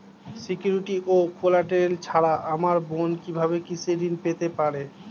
Security ও collateral ছাড়া আমার বোন কিভাবে কৃষি ঋন পেতে পারে?